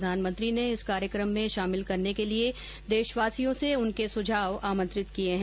प्रधानमंत्री ने इस कार्यक्रम में शामिल करने के लिए देशवासियों से उनके सुझाव आमंत्रित किए हैं